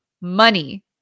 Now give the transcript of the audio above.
money